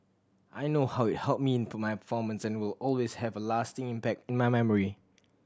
I know how it helped me to my performance and will always have a lasting impact in my memory